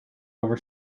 over